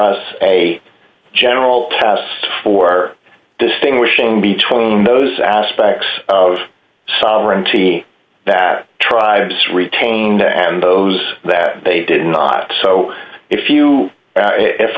us a general test for distinguishing between those aspects of sovereignty that tribes retained and those that they did not so if you